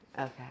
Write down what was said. Okay